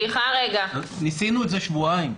ניסינו את זה שבועיים.